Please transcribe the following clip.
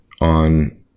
on